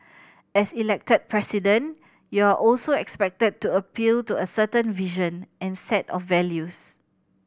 as Elected President you are also expected to appeal to a certain vision and set of values